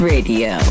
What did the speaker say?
Radio